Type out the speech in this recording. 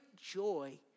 joy